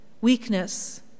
Weakness